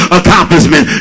accomplishment